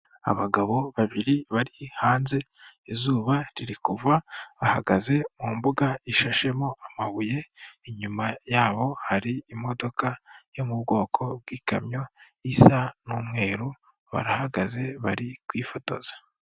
Abagabo babiri bari hanze izuba riri kuva bahagaze mu mbuga ishashemo amabuye, inyuma yabo hari imodoka yo mu bwoko bw'ikamyo isa n'umweru barahagaze bari kwifotoza.